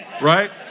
right